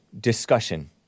discussion